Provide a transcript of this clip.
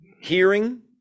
hearing